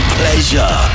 pleasure